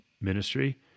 ministry